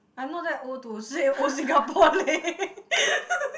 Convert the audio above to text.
I'm not that old to say old Singapore leh